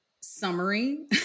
summary